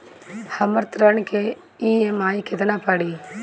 हमर ऋण के ई.एम.आई केतना पड़ी?